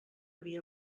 havia